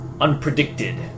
unpredicted